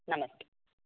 नमस्ते